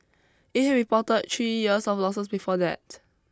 it had reported three years of losses before that